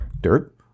Dirt